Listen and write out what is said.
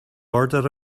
order